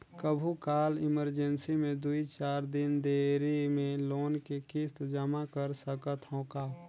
कभू काल इमरजेंसी मे दुई चार दिन देरी मे लोन के किस्त जमा कर सकत हवं का?